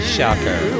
Shocker